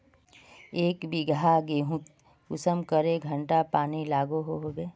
एक बिगहा गेँहूत कुंसम करे घंटा पानी लागोहो होबे?